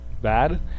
bad